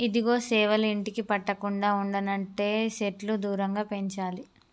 ఇదిగో సేవలు ఇంటికి పట్టకుండా ఉండనంటే సెట్లు దూరంగా పెంచాలి